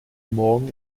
morgen